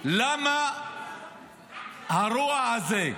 למה הרוע הזה?